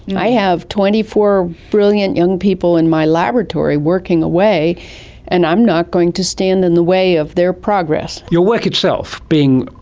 i have twenty four brilliant young people in my laboratory working away and i'm not going to stand in the way of their progress. your work itself being,